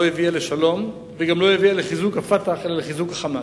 לא הביאה לשלום וגם לא הביאה לחיזוק ה"פתח" אלא לחיזוק ה"חמאס".